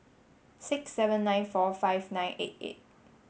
six seven nine four five nine eight eight